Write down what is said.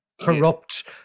Corrupt